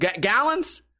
Gallons